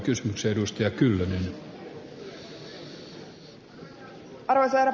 arvoisa herra puhemies